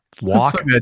walk